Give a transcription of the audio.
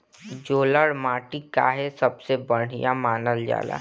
जलोड़ माटी काहे सबसे बढ़िया मानल जाला?